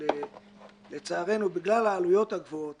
אבל, לצערנו, בגלל העלויות הגבוהות